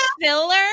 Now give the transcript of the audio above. filler